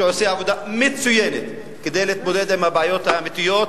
שעושה עבודה מצוינת כדי להתמודד עם הבעיות האמיתיות,